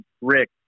Rick